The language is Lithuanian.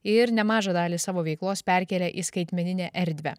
ir nemažą dalį savo veiklos perkėlė į skaitmeninę erdvę